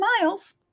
miles